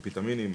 אמפטמינים,